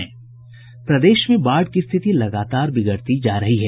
प्रदेश में बाढ़ की स्थिति लगातार बिगड़ती जा रही है